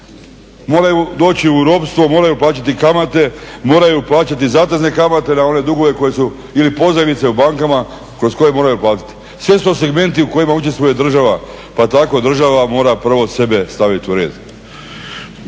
moraju doći u ropstvo, moraju plaćati kamate, moraju plaćati zatezne kamate na one dugove ili pozajmice u bankama kroz koje moraju platiti. Sve su to segmenti u kojima učestvuje država, pa tako država mora prvo sebe staviti u red.